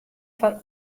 foar